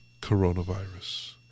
coronavirus